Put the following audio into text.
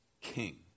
King